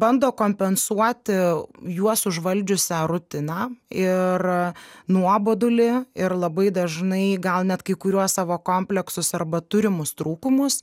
bando kompensuoti juos užvaldžiusią rutiną ir nuobodulį ir labai dažnai gal net kai kuriuos savo kompleksus arba turimus trūkumus